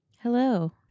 Hello